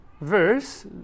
verse